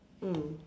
mm